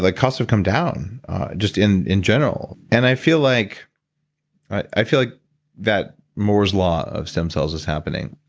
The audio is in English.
like costs have come down just in in general. and i feel like i feel like that moore's law of stem cells is happening.